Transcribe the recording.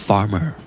Farmer